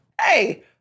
hey